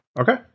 Okay